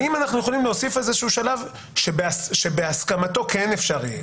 האם אנחנו יכולים להוסיף איזה שהוא שלב שבהסכמתו כן אפשרי,